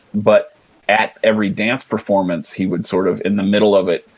but at every dance performance he would, sort of in the middle of it,